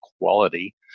quality